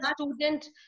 student